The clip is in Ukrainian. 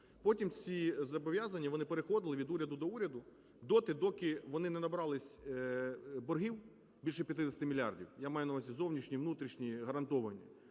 Потім ці зобов'язання, вони переходили від уряду до уряду доти, доки вони не набрались боргів більше 50 мільярдів, я маю на увазі зовнішні, внутрішні гарантовані,